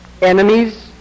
enemies